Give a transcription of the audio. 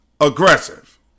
aggressive